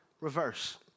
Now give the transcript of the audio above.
reverse